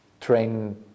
train